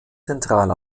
zentral